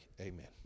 amen